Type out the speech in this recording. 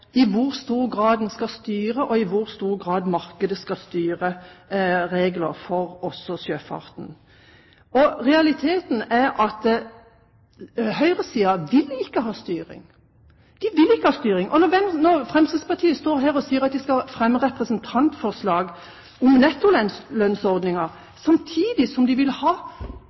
i hvor stor grad en skal styre, og i hvor stor grad markedet skal styre når det gjelder regler for sjøfarten. Realiteten er at høyresiden vil ikke ha styring – de vil ikke ha styring. Og når Fremskrittspartiet står her og sier at de har fremmet et representantforslag om nettolønnsordningen, samtidig som de ikke vil ha